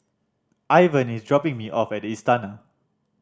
Ivan is dropping me off at Istana